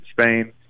Spain